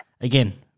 again